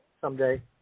someday